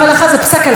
זה פסק הלכה.